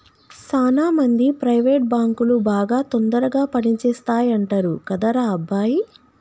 సాన మంది ప్రైవేట్ బాంకులు బాగా తొందరగా పని చేస్తాయంటరు కదరా అబ్బాయి